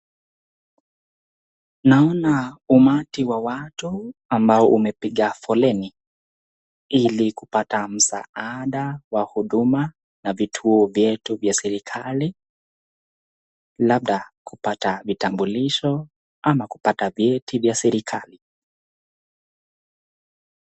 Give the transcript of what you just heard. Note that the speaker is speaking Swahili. Naona umati wa watu ambao umepiga foleni ili kupata msaada wa huduma na vituo vyetu vya serikali labda kupata vitambulisho ama kupata vyeti vya serikali.